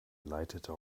leitete